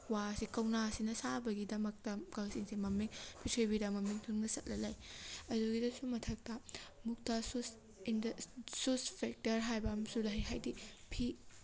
ꯋꯥꯁꯦ ꯀꯧꯅꯥꯁꯤꯅ ꯁꯥꯕꯒꯤꯗꯃꯛꯇ ꯀꯛꯆꯤꯡꯁꯦ ꯃꯃꯤꯡ ꯄ꯭ꯔꯤꯊ꯭ꯔꯤꯕꯤꯗ ꯃꯃꯤꯡ ꯊꯨꯡꯅ ꯆꯠꯂ ꯂꯩ ꯑꯗꯨꯒꯤꯗꯁꯨ ꯃꯊꯛꯇ ꯃꯨꯛꯇꯥ ꯁꯨꯁ ꯁꯨꯁ ꯐꯦꯛꯇꯔ ꯍꯥꯏꯕ ꯑꯃꯁꯨ ꯂꯩ ꯍꯥꯏꯗꯤ ꯐꯤ